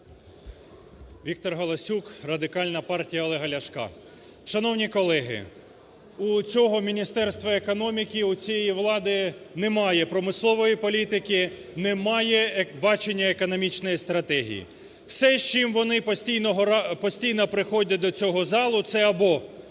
Віктор Галасюк, Радикальна партія Олега Ляшка. Шановні колеги, у цього Міністерства економіки, у цієї влади немає промислової політики, немає бачення економічної стратегії. Все, з чим вони постійно приходять до цього залу, це або